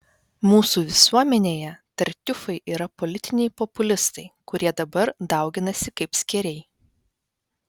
mūsų visuomenėje tartiufai yra politiniai populistai kurie dabar dauginasi kaip skėriai